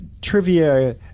trivia